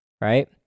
right